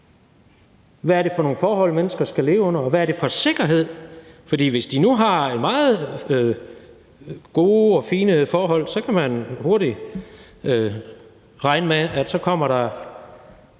Hvad er det for nogle forhold, mennesker skal leve under, og hvad er det for en sikkerhed, der skal være? Forhvis de nu har meget gode og fine forhold, så kan man regne med, at de her